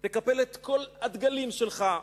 תקפל את כל הדגלים שלך,